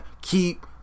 Keep